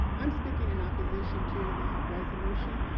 i'm speaking in opposition to the resolution.